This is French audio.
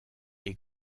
est